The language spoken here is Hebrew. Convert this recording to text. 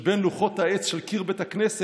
שבין לוחות העץ של קיר בית הכנסת,